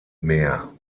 mehr